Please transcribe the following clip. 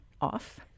off